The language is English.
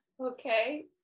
Okay